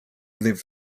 lived